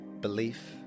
belief